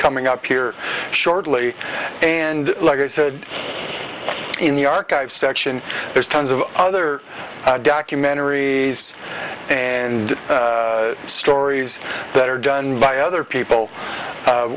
coming up here shortly and like i said in the archive section there's tons of other documentaries and stories that are done by other people